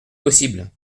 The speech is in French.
possible